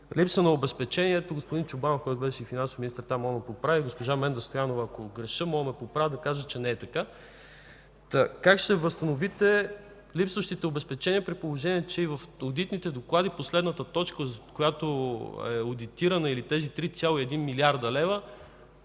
липса на обезпечение. Господин Чобанов, който беше финансов министър, може да ме поправи. Госпожа Менда Стоянова, ако греша, може да ме поправи и да каже, че не е така. Та как ще възстановите липсващите обезпечения, при положение че в одитните доклади последната точка, която е одитирана, или тези 3,1 млрд. лв.,